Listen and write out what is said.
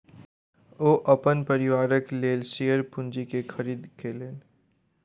ओ अपन परिवारक लेल शेयर पूंजी के खरीद केलैन